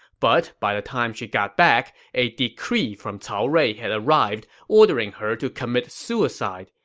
but by the time she got back, a decree from cao rui had arrived, ordering her to commit suicide,